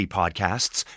podcasts